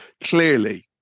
clearly